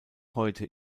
heute